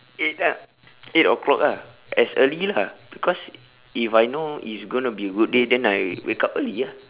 eight ah eight o'clock ah as early lah because if I know it's gonna be a good day then I wake up early ah